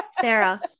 Sarah